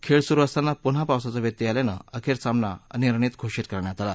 खेळ सुरु असताना पुन्हा पावसाचा व्यत्यय आल्यान अखेर सामना अनिर्णित घोषित करण्यात आला